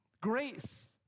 grace